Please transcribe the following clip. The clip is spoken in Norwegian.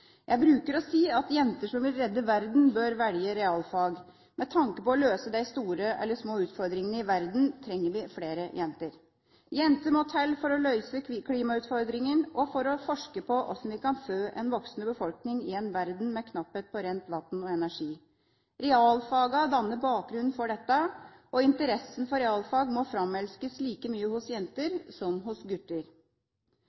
Jeg bruker å si at jenter som vil redde verden, bør velge realfag. Med tanke på å løse de store eller små utfordringene i verden trenger vi flere jenter. Jenter må til for å løse klimautfordringene og for å forske på hvordan vi kan fø en voksende befolkning i en verden med knapphet på rent vann og energi. Realfagene danner bakgrunnen for dette, og interessen for realfag må framelskes like mye hos jenter